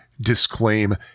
disclaim